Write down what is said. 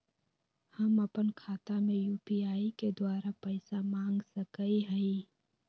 हम अपन खाता में यू.पी.आई के द्वारा पैसा मांग सकई हई?